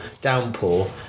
downpour